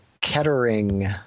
Kettering